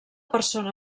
persona